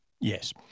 Yes